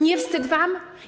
Nie wstyd wam?